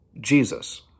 Jesus